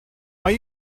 are